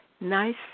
nice